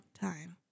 time